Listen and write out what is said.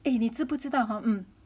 诶你知不知道 hor